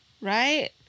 right